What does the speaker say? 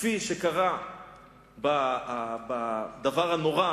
כפי שקרה בדבר הנורא,